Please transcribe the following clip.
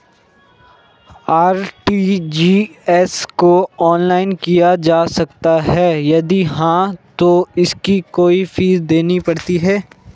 RTGS को online किया जा सकता है यदि हाँ तो इसकी कोई फीस देनी पड़ती है?